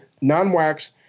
non-wax